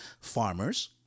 Farmers